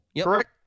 Correct